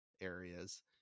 areas